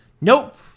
nope